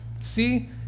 See